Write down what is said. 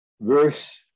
verse